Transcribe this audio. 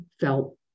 felt